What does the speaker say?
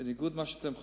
בניגוד למה שאתם חושבים.